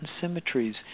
symmetries